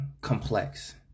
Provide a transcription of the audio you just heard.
complex